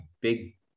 big